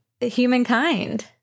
humankind